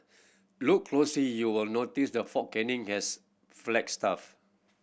look closely you will notice the Fort Canning has flagstaff